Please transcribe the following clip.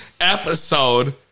episode